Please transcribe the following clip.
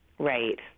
Right